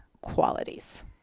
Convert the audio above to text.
qualities